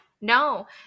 No